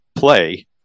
play